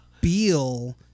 Beal